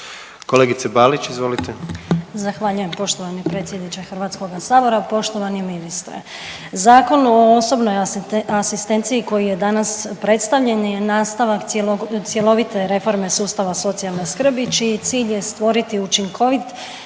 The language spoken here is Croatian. **Balić, Marijana (HDZ)** Zahvaljujem poštovani predsjedniče Hrvatskog sabora. Poštovani ministre, Zakon o osobnoj asistenciji koji je danas predstavljen je nastavak cjelovite reforme sustava socijalne skrbi čiji cilj je stvoriti učinkovit,